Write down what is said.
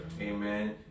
amen